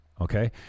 Okay